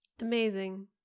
Amazing